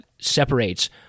separates